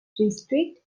district